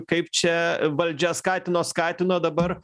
kaip čia valdžia skatino skatino dabar